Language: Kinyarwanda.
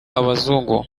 abazungu